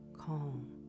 calm